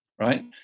right